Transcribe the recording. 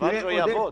עבד ויעבוד.